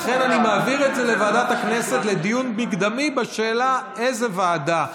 לכן אני מעביר את זה לוועדת הכנסת לדיון מקדמי בשאלה איזו ועדה תדון,